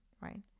right